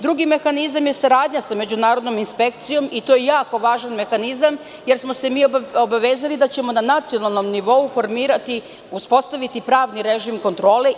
Drugi mehanizam je saradnja sa međunarodnom inspekcijom i to je jako važan mehanizam jer smo se mi obavezali da ćemo na nacionalnom nivou formirati i uspostaviti pravni režim kontrole.